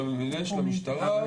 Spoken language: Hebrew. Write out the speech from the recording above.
הבאתי את הדברים לידיעת הכנסת,